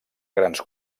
grans